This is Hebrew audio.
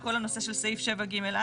כל הנושא של סעיף 7ג4,